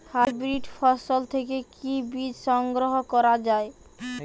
Hybrid ফসল থেকে কি বীজ সংগ্রহ করা য়ায়?